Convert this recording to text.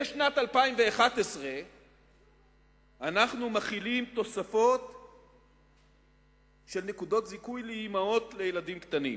משנת 2011 אנחנו מתחילים תוספת של נקודות זיכוי לאמהות לילדים קטנים